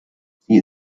sie